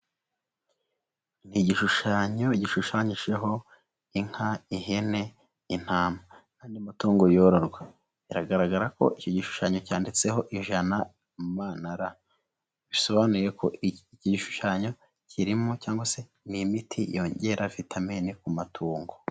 Ni igishushanyo gishushanyijeho inka, ihene, intama, n'andi matungo yororwa. Biragaragara ko icyo gishushanyo cyanditseho ijana mra bisobanuye ko igishushanyo kirimo cyangwa se ni imiti yongera vitamin ku matungo.